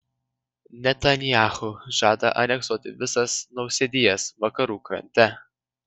netanyahu žada aneksuoti visas nausėdijas vakarų krante